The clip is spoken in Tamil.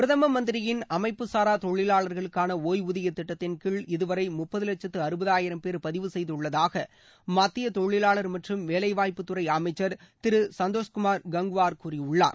பிரதம மந்திரியின் அமைப்புசாரா தொழிவாளர்களுக்கான ஒய்வூதிய திட்டத்தின்கீழ் இதுவரை முப்பது லட்சத்து அறுபதாயிரம் பேர் பதிவு செய்துள்ளதாக மத்திய தொழிவாளர் மற்றும் வேலைவாய்ப்புத்துறை அமைச்சர் திரு சந்தோஷ் குமார் கங்குவார் கூறியுள்ளார்